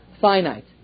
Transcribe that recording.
finite